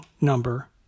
number